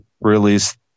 release